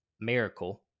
miracle